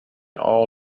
all